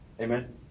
Amen